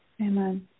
amen